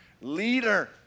leader